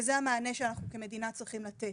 וזה המענה שאנחנו כמדינה צריכים לתת.